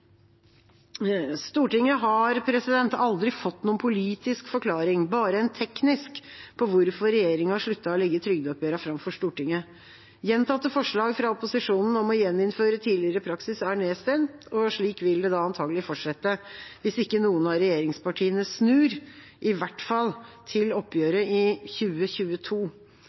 Stortinget har aldri fått noen politisk forklaring, bare en teknisk, på hvorfor regjeringa sluttet å legge trygdeoppgjørene fram for Stortinget. Gjentatte forslag fra opposisjonen om å gjeninnføre tidligere praksis er nedstemt. Slik vil det da antakelig fortsette, hvis ikke noen av regjeringspartiene snur, i hvert fall til oppgjøret i 2022.